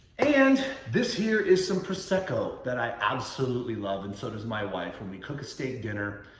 and this here is some prosecco that i absolutely love. and so does my wife. and we cook a steak dinner,